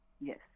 yes